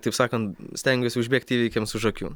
taip sakant stengiuosi užbėgti įvykiams už akių